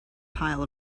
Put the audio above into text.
pile